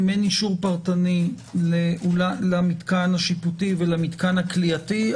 אם אין אישור פרטני למתקן השיפוטי והכליאתי,